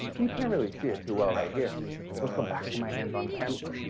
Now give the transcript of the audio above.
you can't really see it too well right here. so let's go back to my hands on camera.